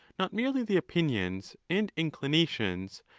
not merely the opinions and inclination,